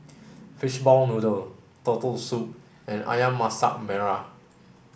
fishball noodle turtle soup and Ayam Masak Merah